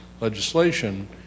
legislation